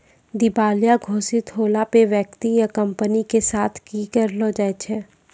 दिबालिया घोषित होला पे व्यक्ति या कंपनी के साथ कि करलो जाय छै?